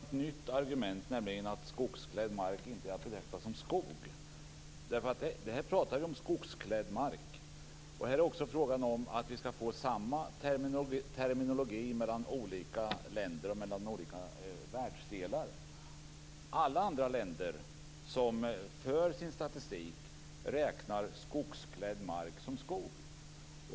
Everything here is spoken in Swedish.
Herr talman! Det var ett nytt argument att skogsklädd mark inte är att räkna som skog. Här talar vi ju om skogsklädd mark och här är det fråga om att få samma terminologi mellan olika länder och mellan olika världsdelar. I alla andra länder som för statistik räknas skogsklädd mark som skog.